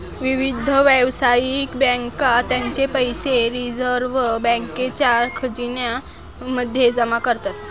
विविध व्यावसायिक बँका त्यांचे पैसे रिझर्व बँकेच्या खजिन्या मध्ये जमा करतात